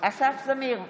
אסף זמיר,